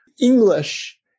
English